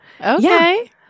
Okay